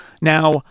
Now